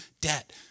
debt